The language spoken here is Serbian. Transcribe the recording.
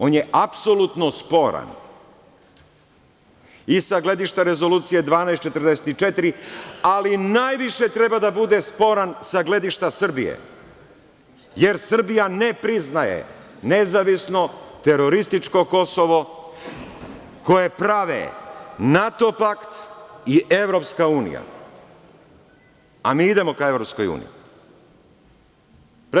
On je apsolutno sporan i sa gledišta Rezolucije 1244, ali najviše treba da bude sporan sa gledišta Srbije, jer Srbija ne priznaje nezavisno terorističko Kosovo koje prave NATO pakt i Evropska unija, a mi idemo ka Evropskoj uniji.